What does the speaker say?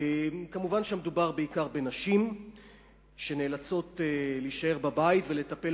כמובן שמדובר בעיקר בנשים שנאלצות להישאר בבית ולטפל